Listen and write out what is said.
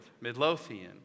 Midlothian